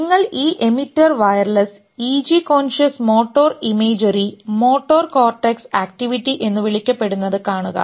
നിങ്ങൾ ഈ emitter wireless EG conscious motor imagery motor cortex activity എന്നു വിളിക്കപ്പെടുന്നത് കാണുക